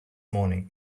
morning